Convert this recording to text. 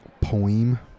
Poem